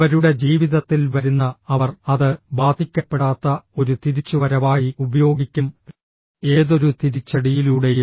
അവരുടെ ജീവിതത്തിൽ വരുന്ന അവർ അത് ബാധിക്കപ്പെടാത്ത ഒരു തിരിച്ചുവരവായി ഉപയോഗിക്കും ഏതൊരു തിരിച്ചടിയിലൂടെയും